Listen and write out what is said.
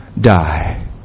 die